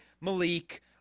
Malik